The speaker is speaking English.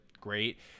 Great